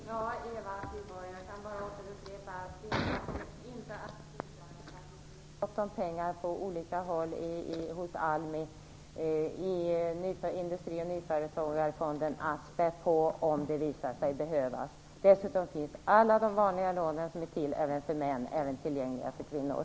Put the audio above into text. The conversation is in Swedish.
Fru talman! Jag kan bara återupprepa, Eva Flyborg, att det finns gott pengar på olika håll hos ALMI och Industri och nyföretagarfonden att spä på med om det visar sig behövas. Dessutom finns alla de vanliga lånen som är tillgängliga för män såväl som för kvinnor.